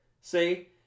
See